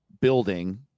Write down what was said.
building